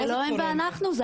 זה לא הם ואנחנו.